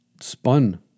spun